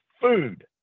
food